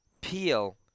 peel